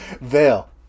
Vale